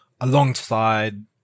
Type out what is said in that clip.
alongside